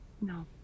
No